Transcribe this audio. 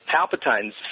Palpatine's